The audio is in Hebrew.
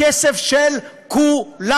הכסף של כולנו.